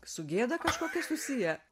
su gėda kažkokia susiję